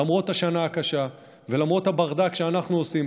למרות השנה הקשה ולמרות הברדק שאנחנו עושים